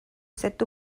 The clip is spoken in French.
cet